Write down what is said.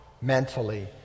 mentally